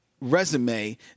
resume